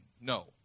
no